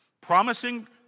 promising